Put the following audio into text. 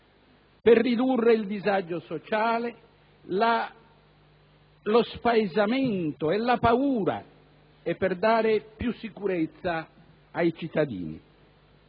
per ridurre il disagio sociale, lo spaesamento, la paura e per dare più sicurezza ai cittadini.